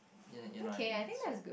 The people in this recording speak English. you know what I mean so